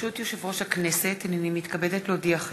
ברשות יושב-ראש הכנסת, הנני מתכבדת להודיעכם,